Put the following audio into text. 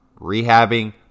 rehabbing